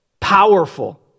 powerful